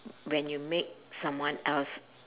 when you make someone else